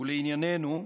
לענייננו,